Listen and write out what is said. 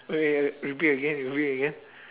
wait repeat again repeat again